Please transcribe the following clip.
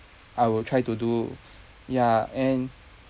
I will try to do ya and